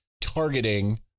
targeting